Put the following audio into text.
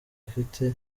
afite